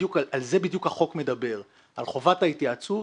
על זה בדיוק החוק מדבר על חובת ההתייעצות